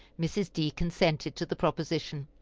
mrs. d. consented to the proposition,